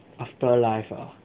after life ah